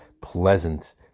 pleasant